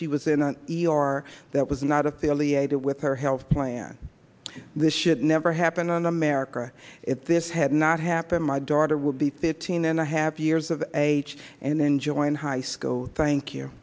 she was in an e r that was not affiliated with her health plan this should never happen in america if this had not happened my daughter would be fifteen and a half years of age and then join high school thank you